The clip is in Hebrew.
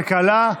כלכלה.